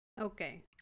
Okay